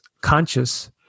conscious